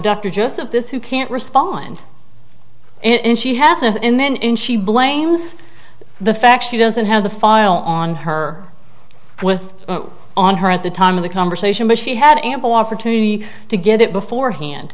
doctor just of this who can't respond and she has an in then in she blames the fact she doesn't have the file on her with on her at the time of the conversation but she had ample opportunity to get it beforehand